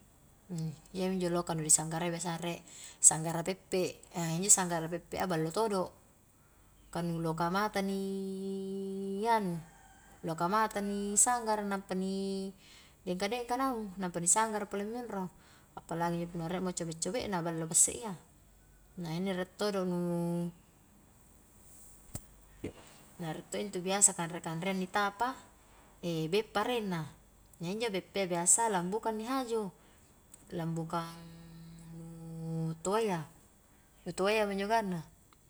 iya minjo loka nu ni sanggarayya biasana rie, sanggara pepppe, injo sanggara peppe a ballo todo, kanu loka mata ni anu, loka mata ni sanggara nampa ni dengka-dengka naung, nampa ni sanggara pole amminro, apalagi injo punna rie mo cobe- cobe na, ballopa isse iya, na inni rie todo nu na rie todo intu biasa kanre kanreang ni tapa, beppa arenna, na injo beppayya biasa lambukang ni haju, lambukang nu toayya, nu toayya mi injo ganna.